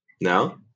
No